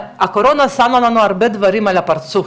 הקורונה שמה לנו הרבה דברים מול הפרצוף